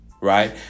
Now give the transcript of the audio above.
right